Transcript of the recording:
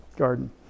Garden